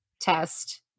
test